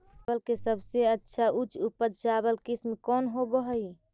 चावल के सबसे अच्छा उच्च उपज चावल किस्म कौन होव हई?